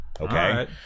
okay